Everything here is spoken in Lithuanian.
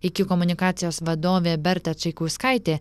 iki komunikacijos vadovė berta čaikauskaitė